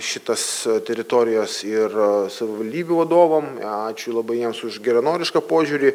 šitas teritorijos ir savivaldybių vadovam ačiū labai jiems už geranorišką požiūrį